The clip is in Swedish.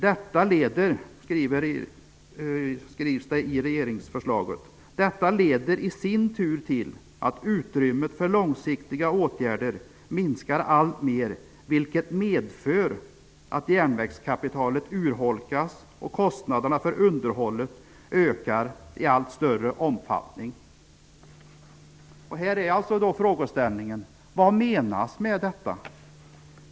Det skrivs i regeringsförslaget: ''Detta leder i sin tur till att utrymmet för långsiktiga åtgärder minskar allt mer vilket medför att järnvägskapitalet urholkas och kostnaderna för underhållet ökar i allt större omfattning.'' Vad menas med detta?